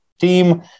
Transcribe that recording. team